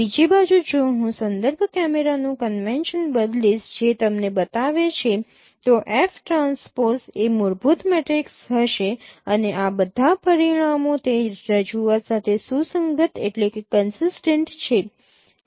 બીજી બાજુ જો હું સંદર્ભ કેમેરાનું કન્વેશન બદલીશ જે તમને બતાવે છે તો F ટ્રાન્સપોઝ એ મૂળભૂત મેટ્રિક્સ હશે અને આ બધા પરિણામો તે રજૂઆત સાથે સુસંગત છે